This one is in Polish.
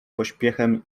pośpiechem